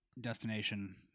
destination